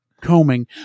combing